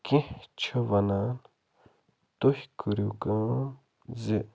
کیٚنٛہہ چھِ وَنان تُہۍ کٔرِو کٲم زِ